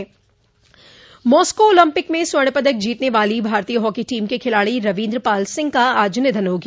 Moscow Olympic में स्वर्ण पदक जीतने वाली भारतीय हॉकी टीम के खिलाड़ी रवीन्द्र पाल सिंह का आज निधन हो गया